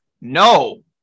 No